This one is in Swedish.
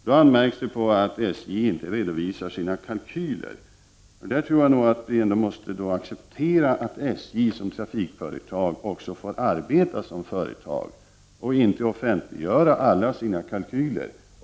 Det anmärks då på att SJ inte redovisar sina kalkyler. Jag tror dock att vi får acceptera att SJ som trafikföretag inte skall behöva offentliggöra alla sina kalkyler.